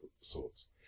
sorts